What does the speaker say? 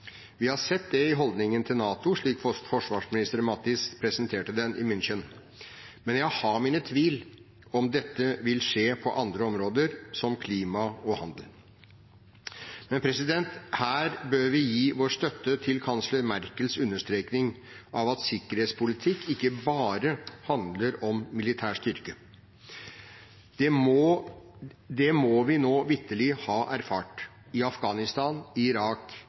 Vi har sett det i holdningen til NATO, slik forsvarsminister Mattis presenterte den i München, men jeg har mine tvil om dette vil skje på andre områder som klima og handel. Her bør vi gi vår støtte til kansler Merkels understrekning av at sikkerhetspolitikk ikke bare handler om militær styrke. Det må vi nå vitterlig ha erfart, i Afghanistan, i Irak,